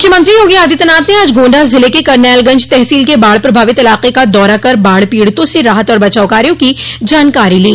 मुख्यमंत्री योगी आदित्यनाथ ने आज गोण्डा जिले के करनैलगंज तहसील के बाढ़ प्रभावित इलाक का दौरा कर बाढ़ पीड़ितों से राहत और बचाव कार्यो की जानकारी ली